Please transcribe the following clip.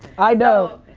i know.